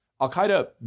Al-Qaeda